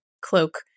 cloak